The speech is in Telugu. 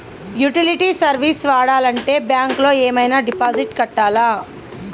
యుటిలిటీ సర్వీస్ వాడాలంటే బ్యాంక్ లో ఏమైనా డిపాజిట్ కట్టాలా?